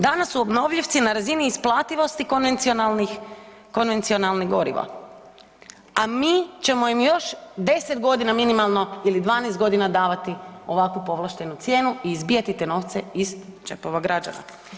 Danas su obnovljivci na razini isplativosti konvencionalnih goriva, mi ćemo im još 10 godina minimalno ili 12 godina davati ovakvu povlaštenu cijenu i izbijati te novce iz džepova građana.